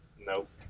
Nope